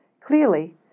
Clearly